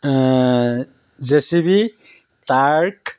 J C B টাৰ্ক